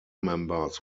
members